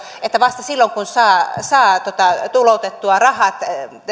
että vasta silloin tulee alv maksuun kun saa tuloutettua rahat